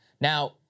Now